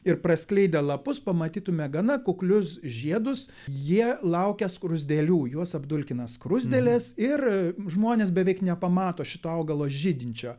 ir praskleidę lapus pamatytume gana kuklius žiedus jie laukia skruzdėlių juos apdulkina skruzdėlės ir žmonės beveik nepamato šito augalo žydinčio